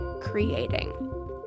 creating